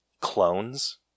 clones